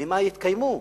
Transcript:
ממה יתקיימו?